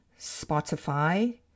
Spotify